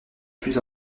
plus